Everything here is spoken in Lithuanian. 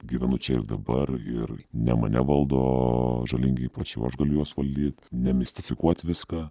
gyvenu čia ir dabar ir ne mane valdo žalingi įpročiai o aš galiu juos valdyt nemistifikuot viską